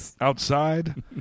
outside